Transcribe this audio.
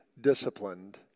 disciplined